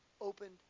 opened